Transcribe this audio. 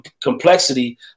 complexity